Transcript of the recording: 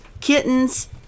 kittens